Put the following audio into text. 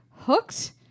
hooked